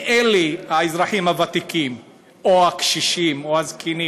אלה האזרחים הוותיקים או הקשישים או הזקנים,